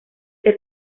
ser